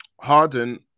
Harden